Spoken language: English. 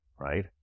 Right